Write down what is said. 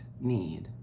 need